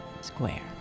Square